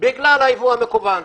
בגלל היבוא המקוון.